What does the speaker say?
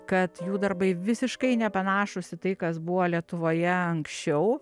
kad jų darbai visiškai nepanašūs į tai kas buvo lietuvoje anksčiau